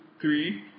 three